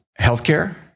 Healthcare